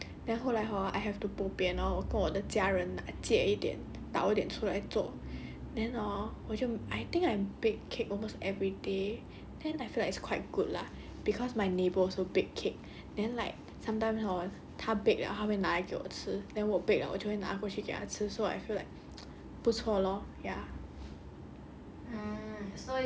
那边 vanilla extract is sold out then 后来 hor I have to bo pian hor 我跟我的的家人借一点早点出来做 then hor 我就 I think I bake cake almost everyday then I feel like it's quite good lah cause my neighbour also bake cake then like sometimes hor 他 bake liao 他会拿来给我吃 then 我 bake liao 我就会拿过去给他吃 so I feel like 不错 lor ya